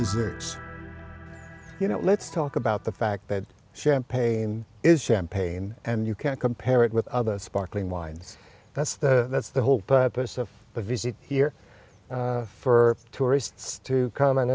desserts you know let's talk about the fact that champagne is champagne and you can't compare it with other sparkling wines that's the that's the whole purpose of the visit here for tourists to come and